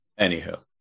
anywho